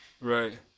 Right